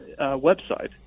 website